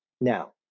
Now